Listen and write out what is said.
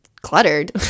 cluttered